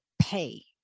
pay